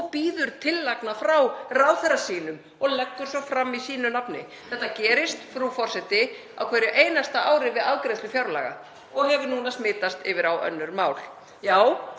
og bíður tillagna frá ráðherra sínum og leggur svo fram í sínu nafni. Þetta gerist, frú forseti, á hverju einasta ári við afgreiðslu fjárlaga og hefur núna smitast yfir á önnur mál.